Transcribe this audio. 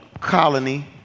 colony